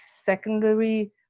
secondary